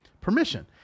Permission